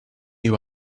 you